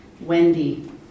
Wendy